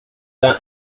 quand